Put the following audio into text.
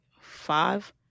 five